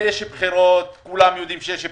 יש בחירות, כולם יודעים שיש בחירות,